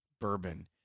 Bourbon